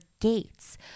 gates